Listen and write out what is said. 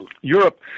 Europe